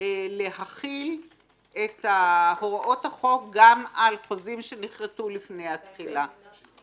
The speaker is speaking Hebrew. להחיל את הוראות החוק גם על חוזים שנכרתו לפני התחילה?